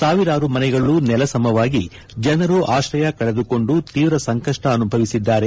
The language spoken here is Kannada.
ಸಾವಿರಾರು ಮನೆಗಳ ನೆಲಸಮವಾಗಿ ಜನರು ಆಶ್ರಯ ಕಳೆದುಕೊಂಡು ತೀವ್ರ ಸಂಕಷ್ಟ ಅನುಭವಿಸಿದ್ದಾರೆ